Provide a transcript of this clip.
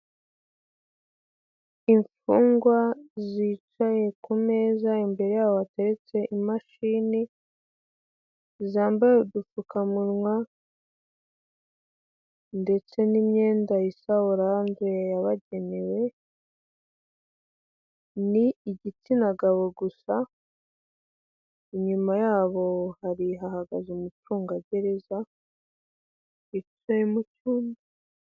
Imfungwa zicaye ku meza imbere yaho hateretse imashini, zambaye udupfukamunwa ndetse n'imyenda isa orange yabagenewe. Ni igitsina gabo gusa inyuma yabo, hari hahagaze umucungagereza yicaye mu cyumba.